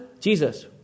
Jesus